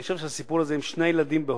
אני חושב שהסיפור הזה עם שני הילדים בהודו,